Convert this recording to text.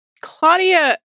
Claudia